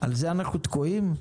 על זה אנחנו תקועים?